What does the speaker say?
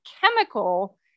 chemical